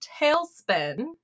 tailspin